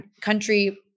country